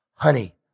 Honey